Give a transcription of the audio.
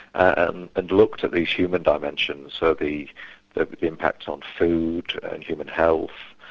and and looked at these human dimensions. so the impact on food and human health,